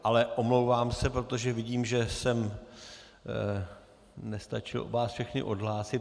Ale omlouvám se, protože vidím, že jsem nestačil vás všechny odhlásit.